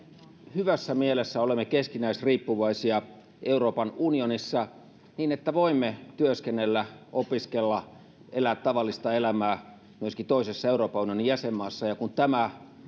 hyvässä mielessä olemme keskinäisriippuvaisia euroopan unionissa niin että voimme työskennellä opiskella elää tavallista elämää myöskin toisessa euroopan unionin jäsenmaassa ja kun tämä